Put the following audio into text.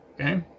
Okay